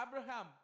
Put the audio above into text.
Abraham